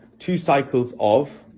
two cycles of.